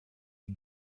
des